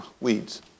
weeds